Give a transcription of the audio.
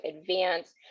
advance